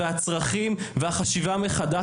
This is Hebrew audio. הצרכים והחשיבה מחדש.